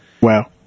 Wow